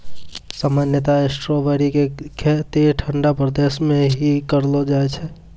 सामान्यतया स्ट्राबेरी के खेती ठंडा प्रदेश मॅ ही करलो जाय छै